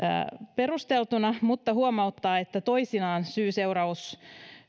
perusteltuna mutta huomauttaa että toisinaan syy seuraus